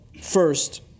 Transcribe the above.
first